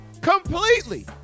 Completely